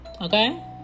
Okay